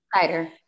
cider